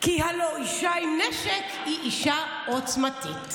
כי הלוא אישה עם נשק היא אישה עוצמתית.